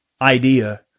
idea